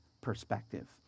perspective